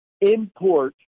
import